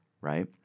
right